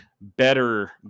better